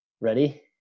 Ready